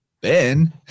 Ben